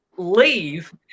leave